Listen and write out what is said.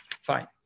Fine